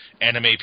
anime